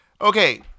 okay